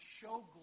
show